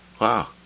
Wow